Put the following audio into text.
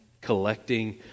collecting